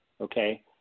okay